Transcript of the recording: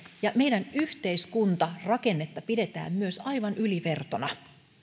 ja meidän yhteiskuntarakennetta pidetään myös aivan ylivertona